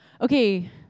Okay